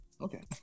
Okay